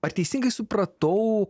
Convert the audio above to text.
ar teisingai supratau